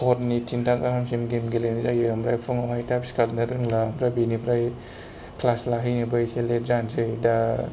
हरनि तिनथा गाहामसिम गेलेनाय जायो आमफ्राय फुङावहाय थाब सिखारनो रोंला आफ्राय बिनिफ्राय क्लास लाहैनोबो एसे लेट जानोसै दा